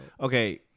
okay